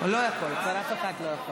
הוא לא יכול, רק אחד יכול.